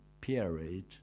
period